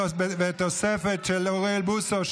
ובתוספת אוריאל בוסו,